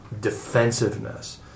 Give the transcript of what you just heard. defensiveness